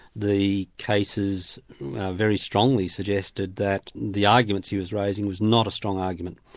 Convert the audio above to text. the cases very strongly suggested that the argument he was raising was not a strong argument.